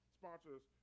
sponsors